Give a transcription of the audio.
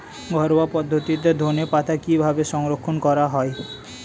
ঘরোয়া পদ্ধতিতে ধনেপাতা কিভাবে সংরক্ষণ করা হয়?